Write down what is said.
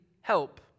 help